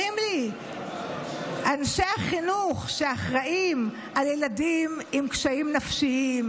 אנשי החינוך שאחראים לילדים עם קשיים נפשיים,